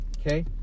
okay